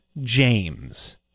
James